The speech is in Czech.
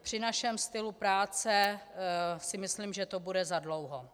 Při našem stylu práce si myslím, že to bude zadlouho.